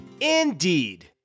indeed